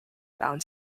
bound